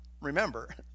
remember